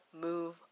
Move